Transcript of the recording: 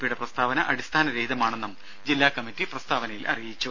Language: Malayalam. പിയുടെ പ്രസ്താവന അടിസ്ഥാനരഹിതമാണെന്നും ജില്ലാ കമ്മിറ്റി പ്രസ്താവനയിൽ പറഞ്ഞു